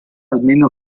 almeno